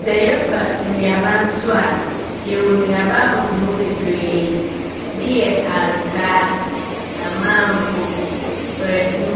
Sɛ yɛfa nnuaba so a, yɛwɔ nnuaba ahodoɔ bebree. Bi yɛ ankaa, amango, kwadu,